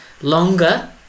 longer